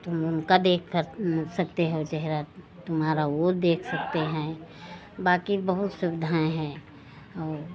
तुम उनका देख सकते हो चेहरा तुम्हारा वह देख सकते हैं बाकी बहुत सुविधाएँ हैं और